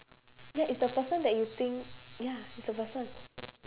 ya it's the person that you think ya it's the person